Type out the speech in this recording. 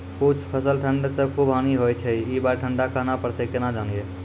कुछ फसल मे ठंड से खूब हानि होय छैय ई बार ठंडा कहना परतै केना जानये?